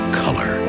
color